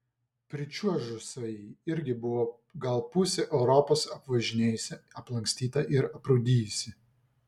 pričiuožusioji irgi buvo gal pusę europos apvažinėjusi aplankstyta ir aprūdijusi